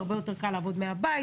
הרבה יותר קל לעבוד מהבית,